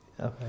Okay